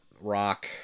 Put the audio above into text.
Rock